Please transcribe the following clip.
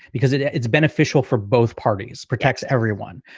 because it's beneficial for both parties protects everyone.